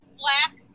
black